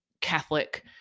Catholic